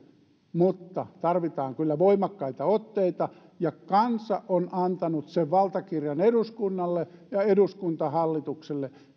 mutta tarvitaan kyllä voimakkaita otteita ja kansa on antanut sen valtakirjan eduskunnalle ja eduskunta hallitukselle